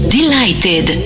Delighted